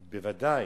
בוודאי.